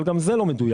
אבל גם זה לא מדויק.